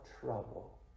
trouble